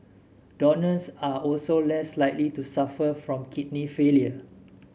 donors are also less likely to suffer from kidney failure